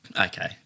Okay